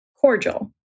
cordial